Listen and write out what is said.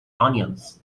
onions